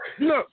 look